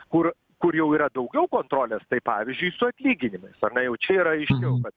kur kur jau yra daugiau kontrolės tai pavyzdžiui su atlyginimais ar ne jau čia yra aiškiau kad